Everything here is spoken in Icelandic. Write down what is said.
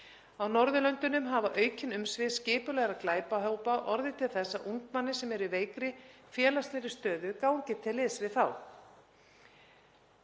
Á Norðurlöndunum hafa aukin umsvif skipulagðra glæpahópa orðið til þess að ungmenni sem eru í veikri félagslegri stöðu gangi til liðs við þá.